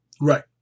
Right